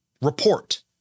report